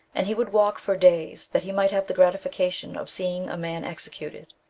and he would walk for days that he might have the gratification of seeing a man executed.